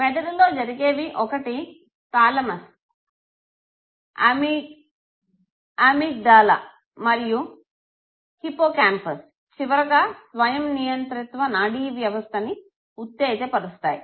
మెదడులో జరిగేవి ఒకటి థాలమస్ అమిగ్డల మరియు హిపొక్యాంప్స్ చివరగా స్వయం నియంత్రిత్వ నాడి వ్యవస్థని ఉత్తేజ పరుస్తాయి